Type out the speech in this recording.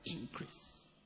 Increase